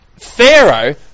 Pharaoh